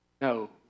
No